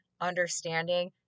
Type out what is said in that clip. understanding